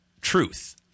truth